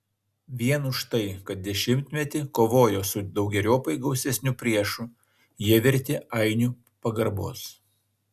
vien už tai kad dešimtmetį kovojo su daugeriopai gausesniu priešu jie verti ainių pagarbos